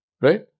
Right